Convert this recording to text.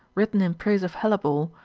written in praise of hellebore,